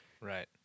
Right